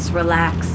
relax